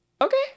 Okay